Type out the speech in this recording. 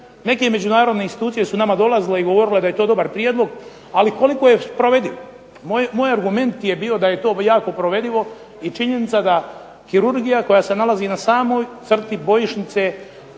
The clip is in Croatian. Neke međunarodne institucije su nama dolazile i govorile da je to dobar prijedlog ali koliko je provediv. Moj argument je bio da je to jako provedivo i činjenica da se kirurgija koja se nalazi na samoj crti bojišnice